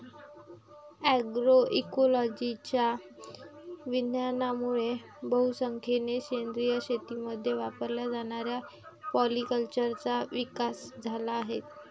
अग्रोइकोलॉजीच्या विज्ञानामुळे बहुसंख्येने सेंद्रिय शेतीमध्ये वापरल्या जाणाऱ्या पॉलीकल्चरचा विकास झाला आहे